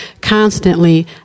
constantly